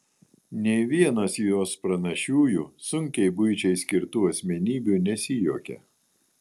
nė vienas jos pranašiųjų sunkiai buičiai skirtų asmenybių nesijuokia